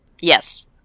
Yes